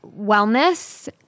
wellness